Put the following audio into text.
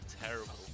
terrible